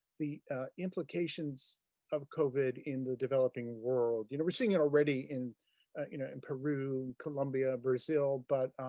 the implications of covid in the developing world. you know, we're seeing it already in you know and peru, colombia, brazil but